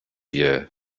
year